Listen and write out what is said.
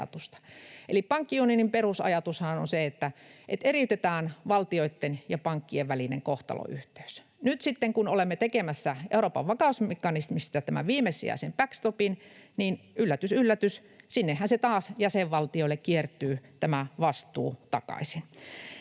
Eli pankkiunionin perusajatushan on se, että eriytetään valtioitten ja pankkien välinen kohtalonyhteys. Nyt sitten kun olemme tekemässä Euroopan vakausmekanismista viimesijaisen backstopin, niin yllätys yllätys, sinne jäsenvaltioillehan se vastuu taas